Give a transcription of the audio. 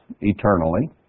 eternally